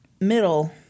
middle